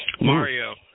Mario